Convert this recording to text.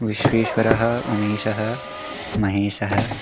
विश्वेश्वरः उमेशः महेशः